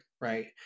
right